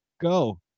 Go